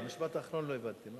את המשפט האחרון לא הבנתי,